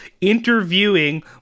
interviewing